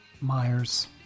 Myers